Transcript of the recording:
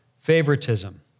favoritism